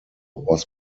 was